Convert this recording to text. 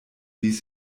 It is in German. ließ